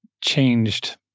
changed